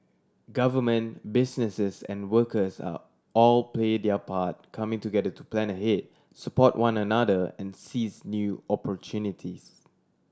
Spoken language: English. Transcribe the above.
government businesses and workers are all play their part coming together to plan ahead support one another and seize new opportunities